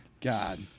God